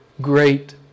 great